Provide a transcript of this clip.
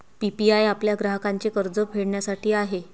PPI आपल्या ग्राहकांचे कर्ज फेडण्यासाठी आहे